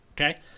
Okay